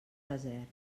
desert